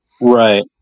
Right